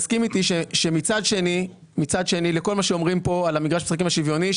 תסכים איתי שמצד שני לכל מה שאומרים כאן על מגרש המשחקים השוויוני,